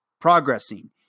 progressing